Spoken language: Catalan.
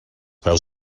peus